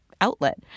outlet